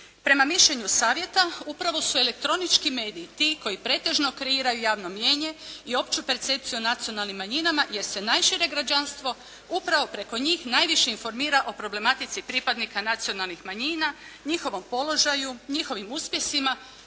Prema mišljenju savjeta, upravo su elektronički mediji ti koji pretežno kreiraju javno mijenje i opću percepciju o nacionalnim manjinama jer se najšire građanstvo upravo preko njih najviše informira o problematici pripadnika nacionalnih manjina, njihovom položaju, njihovim uspjesima,